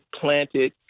planted